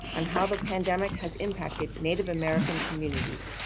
on how the pandemic has impacted native american communities,